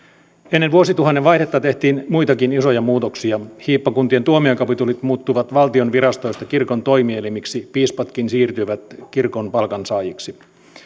ennen vuosituhannen vaihdetta tehtiin muitakin isoja muutoksia hiippakuntien tuomiokapitulit muuttuivat valtion virastoista kirkon toimielimiksi piispatkin siirtyivät kirkon palkansaajiksi